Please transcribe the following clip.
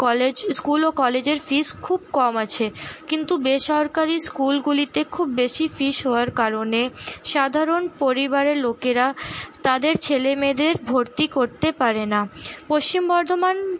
college school ও কলেজের fees খুব কম আছে কিন্তু বেসরকারি স্কুলগুলিতে খুব বেশি ফিস হওয়ার কারণে সাধারণ পরিবারের লোকেরা তাদের ছেলে মেয়েদের ভর্তি করতে পারেনা পশ্চিম বর্ধমান